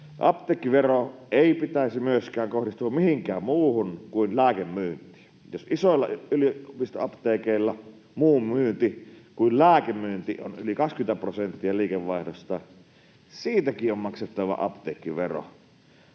Apteekkiveron ei pitäisi myöskään kohdistua mihinkään muuhun kuin lääkemyyntiin. Jos isoilla yliopistoapteekeilla muu myynti kuin lääkemyynti on yli 20 prosenttia liikevaihdosta, siitäkin on maksettava apteekkivero.